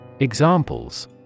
Examples